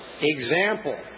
example